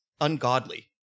ungodly